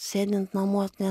sėdint namuos ne